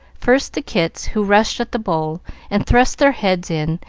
first the kits, who rushed at the bowl and thrust their heads in,